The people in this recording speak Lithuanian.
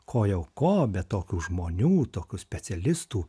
ko jau ko bet tokių žmonių tokių specialistų